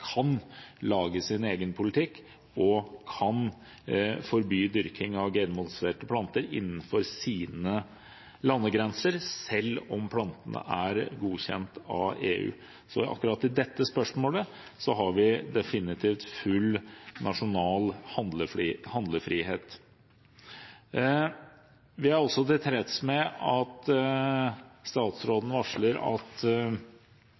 kan føre sin egen politikk og kan forby dyrking av genmodifiserte planter innenfor sine landegrenser, selv om plantene er godkjent av EU. Så akkurat i dette spørsmålet har vi definitivt full nasjonal handlefrihet. Vi er også tilfreds med at statsråden